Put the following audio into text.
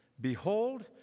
Behold